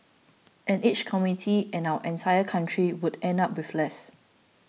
and each community and our entire country would end up with less